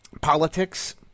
politics